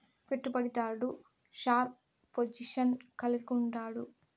పెట్టుబడి దారుడు sharp position కలిగుండాడు